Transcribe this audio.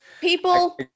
People